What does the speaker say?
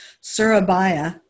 Surabaya